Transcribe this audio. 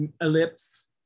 Ellipse